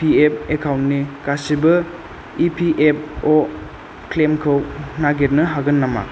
PF एकाउन्टनि गासिबो इपिएफअ' क्लेमखौ नागिरनो हागोन नामा